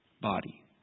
body